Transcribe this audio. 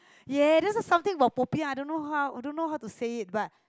ya there is something about popiah I don't know how I don't know how to say it but